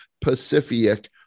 Pacific